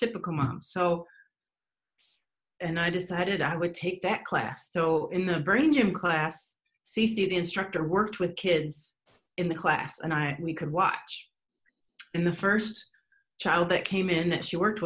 typical mom so and i decided i would take that class so in the brain gym class c c the instructor worked with kids in the class and i we could watch the first child that came in that she worked